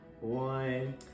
one